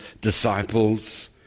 disciples